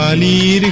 lea